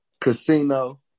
Casino